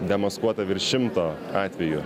demaskuota virš šimto atvejų